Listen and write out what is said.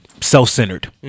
self-centered